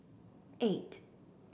eight